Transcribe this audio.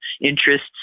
interests